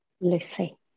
Lucy